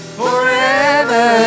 forever